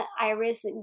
Iris